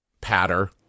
patter